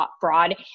fraud